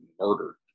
murdered